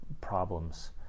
problems